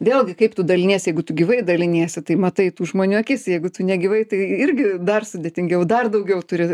vėlgi kaip tu daliniesi jeigu tu gyvai daliniesi tai matai tų žmonių akis jeigu tu negyvai tai irgi dar sudėtingiau dar daugiau turi